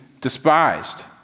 despised